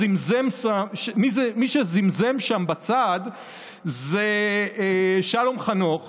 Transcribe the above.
מי שזמזם שם בצד זה שלום חנוך